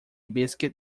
biscuit